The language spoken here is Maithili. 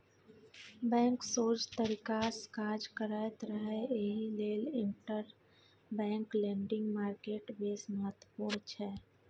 बैंक सोझ तरीकासँ काज करैत रहय एहि लेल इंटरबैंक लेंडिंग मार्केट बेस महत्वपूर्ण छै